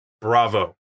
bravo